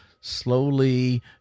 slowly